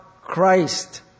Christ